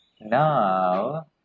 Now